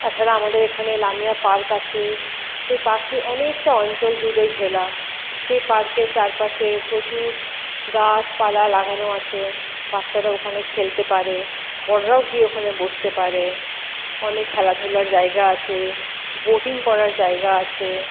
তাছাড়া আমাদের এখানে লামিয়া পার্ক আছে সেই পার্কটি অনেকটা অঞ্চলজুড়ে ঘেরা সেই পার্কের চারপাশে প্রচুর গাছপালা লাগানো আছে বাচ্চারা ওখানে খেলতে পারে বড়রাও গিয়ে ওখানে বসতে পারে অনেক খেলাধূলার জায়গা আছে বোটিং করার জায়গা আছে